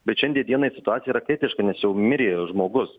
bet šiandie dienai situacija yra kritiška nes jau mirė žmogus